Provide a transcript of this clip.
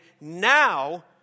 now